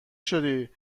شدی